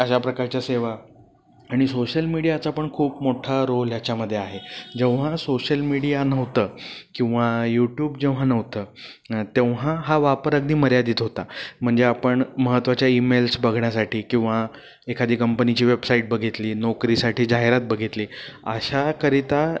अशा प्रकारच्या सेवा आणि सोशल मीडियाचा पण खूप मोठा रोल याच्यामध्ये आहे जेव्हा सोशल मीडिया नव्हतं किंवा यूट्यूब जेव्हा नव्हतं तेव्हा हा वापर अगदी मर्यादित होता म्हणजे आपण महत्त्वाच्या ई मेल्स बघण्यासाठी किंवा एखादी कंपनीची वेबसाईट बघितली नोकरीसाठी जाहिरात बघितली अशाकरिता